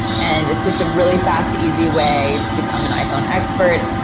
and it's just a really fast, easy way to become an iphone expert.